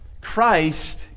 Christ